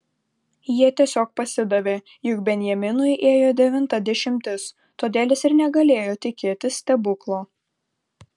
jie tiesiog pasidavė juk benjaminui ėjo devinta dešimtis todėl jis ir negalėjo tikėtis stebuklo